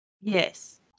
Yes